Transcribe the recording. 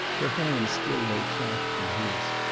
her hand still lay clasped in his.